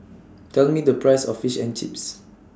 Tell Me The Price of Fish and Chips